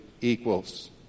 equals